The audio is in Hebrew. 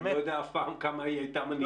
אני לא אדע אף פעם כמה היא הייתה מניבה.